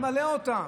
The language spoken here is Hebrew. זה ממלא אותם.